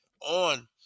on